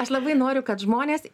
aš labai noriu kad žmonės